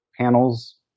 panels